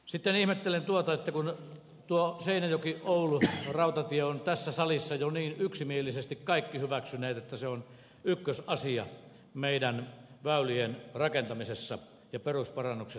sitten ihmettelen sikäli että seinäjokioulu rautatien ovat tässä salissa yksimielisesti kaikki jo hyväksyneet että se on ykkösasia meidän väyliemme rakentamisessa ja perusparannuksessa